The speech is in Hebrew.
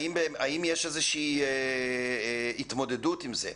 האם יש איזושהי התמודדות עם זה.